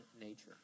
nature